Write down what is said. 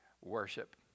Worship